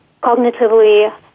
cognitively